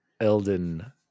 Elden